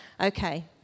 Okay